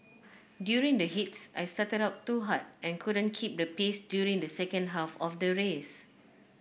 during the heats I started out too hard and couldn't keep the pace during the second half of the race